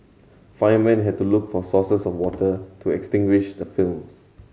firemen had to look for sources of water to extinguish the films